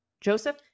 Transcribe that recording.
joseph